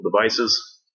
devices